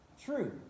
true